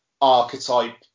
archetype